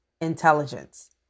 intelligence